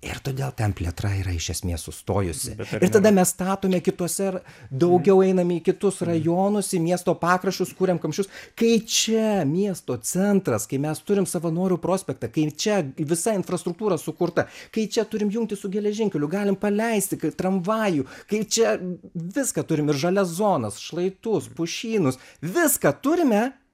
ir todėl ten plėtra yra iš esmės sustojusi ir tada mes statome kitose daugiau einame į kitus rajonus į miesto pakraščius kuriam kamščius kai čia miesto centras kai mes turim savanorių prospektą kai čia visa infrastruktūra sukurta kai čia turime jungtis su geležinkeliu galima paleisti tramvajų kai čia viską turim ir žalias zonas šlaitus pušynus viską turime